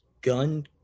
gun